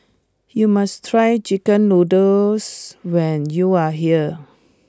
you must try Chicken Noodles when you are here